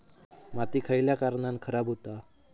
माती खयल्या कारणान खराब हुता?